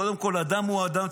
קודם כול אדם הוא אדם,